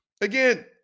Again